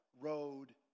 road